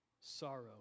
sorrow